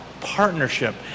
partnership